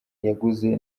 yaguze